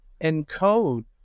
encode